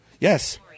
Yes